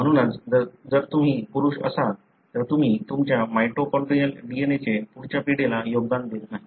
म्हणूनच जर तुम्ही पुरुष असाल तर तुम्ही तुमच्या माइटोकॉन्ड्रियल DNA चे पुढच्या पिढीला योगदान देत नाही